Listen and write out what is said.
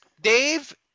Dave